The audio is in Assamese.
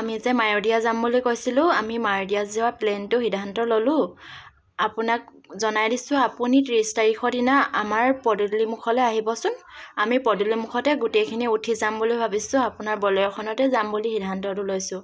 আমি যে মায়'দিয়া যাম বুলি কৈছিলোঁ আমি মায়'দিয়া যোৱা প্লেনটো সিদ্ধান্ত ল'লোঁ আপোনাক জনাই দিছোঁ আপুনি ত্ৰিছ তাৰিখৰ দিনা আমাৰ পদূলিমুখলৈ আহিবচোন আমি পদূলিমুখতে গোটেইখিনি উঠি যাম বুলি ভাবিছোঁ আপোনাৰ বলেৰ'খনতে যাম বুলি সিদ্ধান্তটো লৈছোঁ